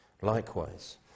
likewise